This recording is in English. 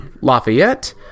Lafayette